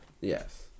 Yes